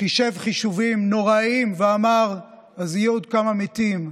חישב חישובים נוראיים ואמר: אז יהיו עוד כמה מתים,